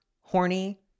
horny